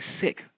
sick